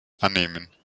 annehmen